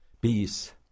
peace